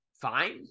fine